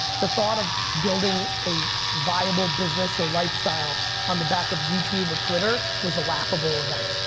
the thought of building a viable business or lifestyle on the back of youtube or twitter was a laughable event.